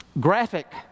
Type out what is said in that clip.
Graphic